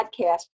Podcast